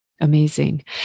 Amazing